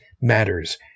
matters